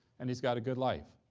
and he's got a good life.